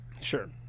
Sure